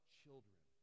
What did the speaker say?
children